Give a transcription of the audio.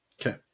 Okay